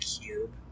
cube